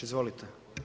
Izvolite.